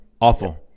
Awful